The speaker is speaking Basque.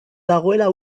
dagoela